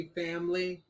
family